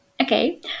okay